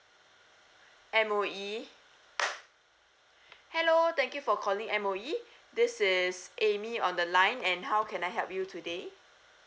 M_O_E hello thank you for calling M_O_E this is amy on the line and how can I help you today